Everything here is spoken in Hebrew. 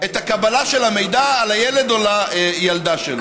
את הקבלה של המידע על הילד או הילדה שלו.